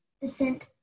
descent